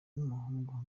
n’umuhungu